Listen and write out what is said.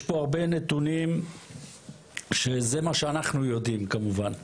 יש פה הרבה נתונים שזה מה שאנחנו יודעים כמובן,